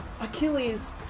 Achilles